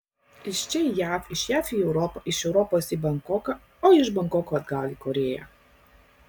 iš čia į jav iš jav į europą iš europos į bankoką o iš bankoko atgal į korėją